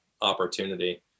opportunity